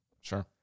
sure